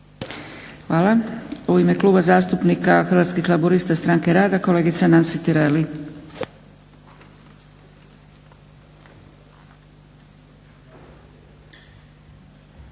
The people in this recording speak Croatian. Hvala. U ime Kluba zastupnika Hrvatskih laburista Stranke rada kolegica Nansi Tireli.